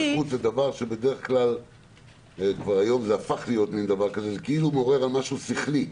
נכות זה משהו שהפך להיות היום משהו שמורה על משהו שכלי.